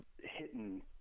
hitting